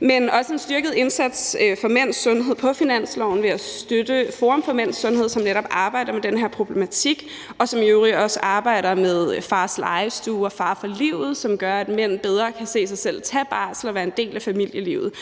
men vi har også sikret en styrket indsats for mænds sundhed i finansloven ved at støtte Forum for mænds sundhed, som netop arbejder med den her problematik, og som i øvrigt også arbejder med Fars Legestue og Far for livet, som arbejder for, at mænd bedre kan se sig selv tage barsel og være en del af familielivet.